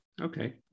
Okay